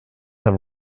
have